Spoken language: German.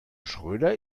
schröder